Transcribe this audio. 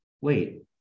wait